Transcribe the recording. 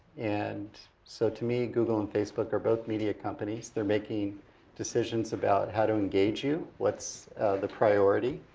and so to me google and facebook are both media companies. they're making decisions about how to engage you, what's the priority,